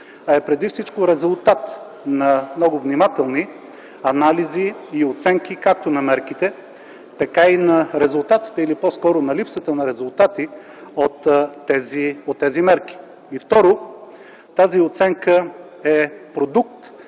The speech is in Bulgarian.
а е преди всичко резултат на много внимателни анализи и оценки както на мерките, така и на резултатите, или по-скоро на липсата на резултати по тези мерки. И второ, тази оценка е продукт